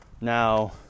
now